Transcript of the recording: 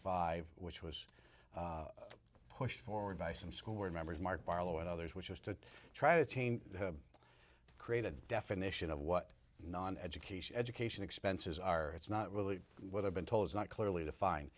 five which was pushed forward by some school board members mark barlow and others which was to try to create a definition of what non education education expenses are it's not really what i've been told is not clearly defined